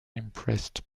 impressed